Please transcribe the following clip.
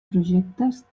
projectes